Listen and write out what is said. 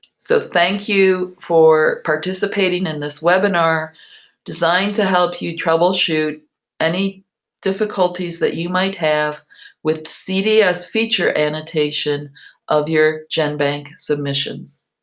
so thank you for participating in this webinar designed to help you troubleshoot any difficulties that you might have with cds feature annotation of your genbank submissions.